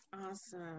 Awesome